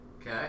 Okay